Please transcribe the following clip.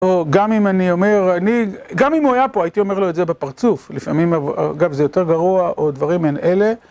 או גם אם אני אומר, אני, גם אם הוא היה פה, הייתי אומר לו את זה בפרצוף, לפעמים אגב זה יותר גרוע, או דברים מעין אלה.